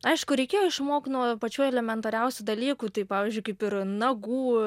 aišku reikėjo išmok nuo pačių elementariausių dalykų tai pavyzdžiui kaip ir nagų